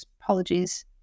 apologies